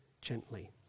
gently